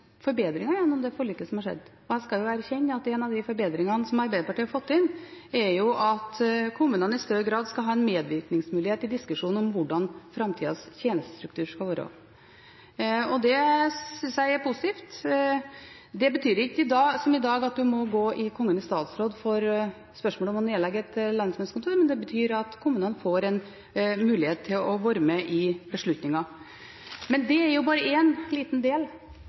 forbedringer gjennom dette forliket, og jeg skal erkjenne at en av de forbedringene som Arbeiderpartiet har fått inn, er at kommunene i større grad skal ha en medvirkningsmulighet i diskusjonen om hvordan framtidas tjenestestruktur skal være. Det synes jeg er positivt. Det betyr ikke, som i dag, at du må gå til Kongen i statsråd for spørsmål om å legge ned et lensmannskontor, men det betyr at kommunene får en mulighet til å være med i beslutningen. Men det er jo bare en liten del